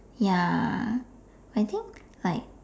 ya I think like